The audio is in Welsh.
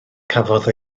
cafodd